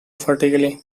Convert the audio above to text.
vertically